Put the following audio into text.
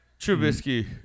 Trubisky